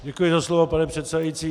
Děkuji za slovo, pane předsedající.